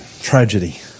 Tragedy